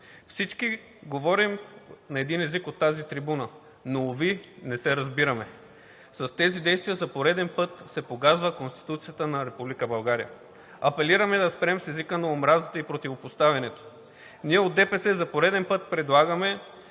всички говорим на един език от тази трибуна, но, уви не се разбираме. С тези действия за пореден път се погазва Конституцията на Република България. Апелираме да спрем с езика на омразата и противопоставянето. Ние от ДПС за пореден път предлагаме